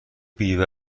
بیوه